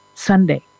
Sunday